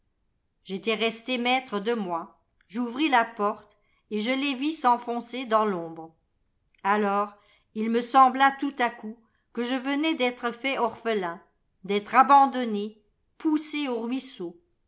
j'étais resté maître de moi j'ouvris la porte et je les vis s'enfoncer dans l'ombre alors il me sembla tout à coup que je venais d'être fait orphelin d'être abandonné poussé au ruisseau